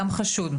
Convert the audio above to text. גם חשוד,